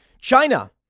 China